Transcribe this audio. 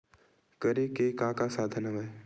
करे के का का साधन हवय?